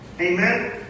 Amen